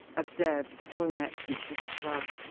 observed the toy merchant, with a shrug.